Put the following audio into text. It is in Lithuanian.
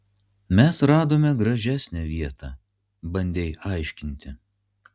mes radome gražesnę vietą bandei aiškinti